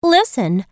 Listen